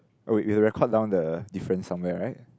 oh wait we have to record down the difference somewhere right